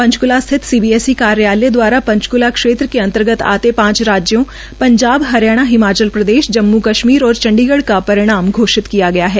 पंचकुला स्थित सीबीएससी कार्यालय दवारा पंचकुला क्षेत्र के अंतर्गत आते पांच राज्यों पंजाब हरियाणा हिमाचल प्रदेश जम्मू कशमीर और चंडीगढ़ का परिणाम घोषित किया गया है